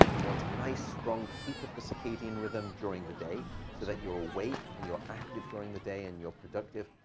you want a nice strong peak of the circadian rhythm during the day so that you're awake and you're active during the day and you're productive,